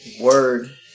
Word